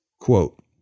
quote